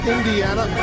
Indiana